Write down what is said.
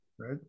Right